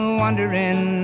wondering